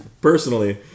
personally